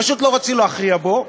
פשוט לא רצו להכריע בו,